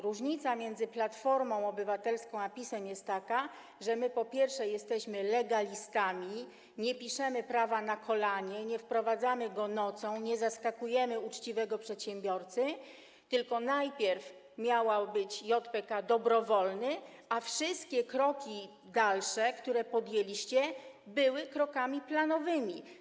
Różnica między Platformą Obywatelską a PiS-em jest taka, że my, po pierwsze, jesteśmy legalistami, nie piszemy prawa na kolanie, nie wprowadzamy go nocą, nie zaskakujemy uczciwego przedsiębiorcy, tylko najpierw miał być JPK dobrowolny, a wszystkie dalsze kroki, które podjęliście, były krokami planowymi.